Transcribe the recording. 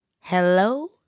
hello